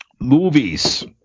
movies